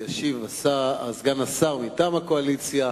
וישיב סגן השר מטעם הקואליציה.